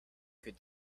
could